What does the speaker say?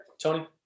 Tony